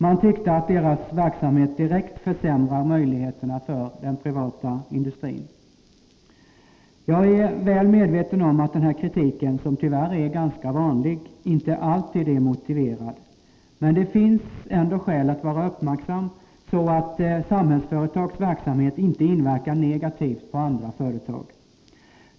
Man tyckte att dess verksamhet direkt försämrar möjligheterna för den privata industrin. Jag är väl medveten om att den här kritiken, som tyvärr är ganska vanlig, inte alltid är motiverad. Men det finns ändå skäl att vara uppmärksam, så att Samhällsföretags verksamhet inte inverkar negativt på andra företag.